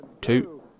two